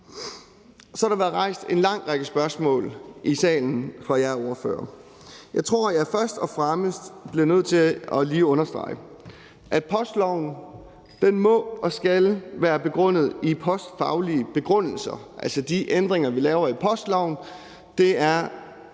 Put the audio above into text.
Så har der været rejst en lang række spørgsmål i salen fra jer ordførere. Jeg tror, jeg først og fremmest bliver nødt til lige at understrege, at postloven må og skal være begrundet i postfaglige begrundelser, altså sådan at de ændringer, vi laver i postloven, er